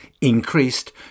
increased